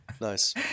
Nice